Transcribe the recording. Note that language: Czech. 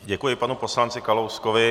Děkuji panu poslanci Kalouskovi.